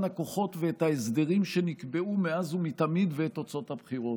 הכוחות ואת ההסדרים שנקבעו מאז ומתמיד ואת תוצאות הבחירות,